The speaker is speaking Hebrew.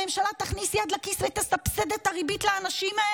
הממשלה תכניס יד לכיס ותסבסד את הריבית לאנשים,